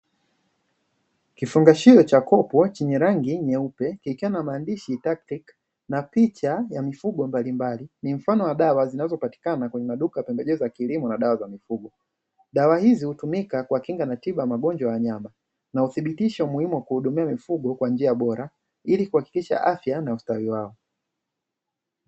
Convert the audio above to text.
Kifungashio cha kopo chenye rangi nyeupe, kikiwa na maandishi "Taktic" na picha ya mifugo mbalimbali, ni mfano wa dawa zinazopatikana kwenye maduka ya pembejeo za kilimo na dawa za mifugo. Dawa hizi hutumika kwa kinga na tiba ya magonjwa ya wanyama, na huthibitisha umuhimu wa kuhudumia mifugo kwa njia bora, ili kuhakikisha afya na kustawi wao.